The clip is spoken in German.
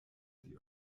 die